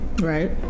right